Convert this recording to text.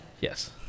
Yes